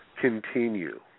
continue